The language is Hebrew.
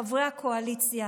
חברי הקואליציה,